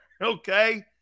okay